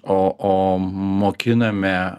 o o mokiname